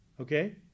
Okay